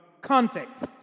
context